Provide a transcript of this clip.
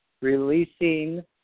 Releasing